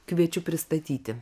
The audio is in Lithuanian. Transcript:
kviečiu pristatyti